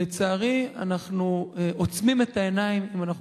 לצערי אנחנו עוצמים את העיניים אם אנחנו